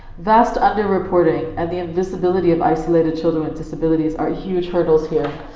vast under-reporting and the invisibility of isolated children with disabilities are huge hurdles here.